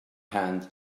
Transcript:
hand